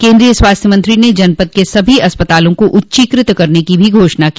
केन्द्रीय स्वास्थ्य मंत्री ने जनपद के सभी अस्पतालों को उच्चीकृत करने की भी घोषणा की